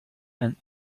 and